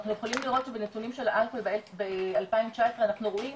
אנחנו יכולים לראות שבנתונים של האלכוהול ב-2019 אנחנו רואים